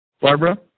Barbara